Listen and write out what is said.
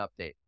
update